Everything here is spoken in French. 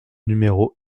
numéro